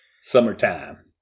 Summertime